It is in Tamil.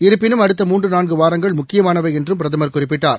இருப்பினும் அடுத்த மூன்றுநான்குவாரங்கள் முக்கியமானவைஎன்றும் பிரதமா் குறிப்பிட்டார்